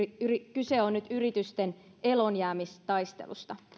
kyse on nyt yritysten eloonjäämistaistelusta